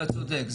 אתה צודק.